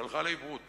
שהלכה לאיבוד